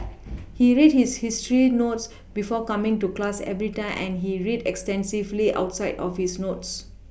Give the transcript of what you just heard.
he read his history notes before coming to class every time and he read extensively outside of his notes